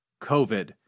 COVID